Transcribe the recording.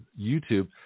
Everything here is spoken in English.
YouTube